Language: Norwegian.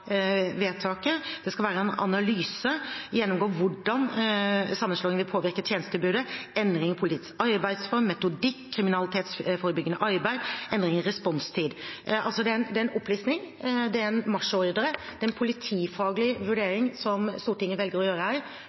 Det skal være en analyse, man skal gjennomgå hvordan sammenslåingen vil påvirke tjenestetilbudet, og man ønsker endring i politisk arbeidsform, metodikk og kriminalitetsforebyggende arbeid og endring i responstid. Det er altså en opplisting, det er en marsjordre, det er en politifaglig vurdering som Stortinget velger å